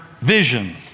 vision